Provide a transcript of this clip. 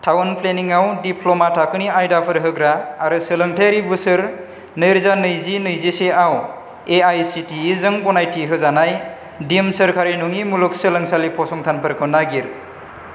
town प्लेनिंआव diploma थाखोनि आयदाफोर होग्रा आरो सोलोंथाइयारि बोसोर नैरोजा नैजि नैजिसेआव एआईसिटिइजों गनायथि होजानाय दिम सोरखारि नङि मुलुगसोंलोंसालि फसंथानफोरखौ नागिर